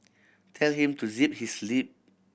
tell him to zip his lip